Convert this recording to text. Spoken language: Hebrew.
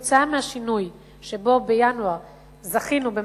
עקב השינוי שבו בינואר "זכינו"